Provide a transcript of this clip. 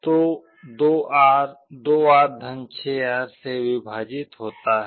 तो 2R 2R 6R से विभाजित होता है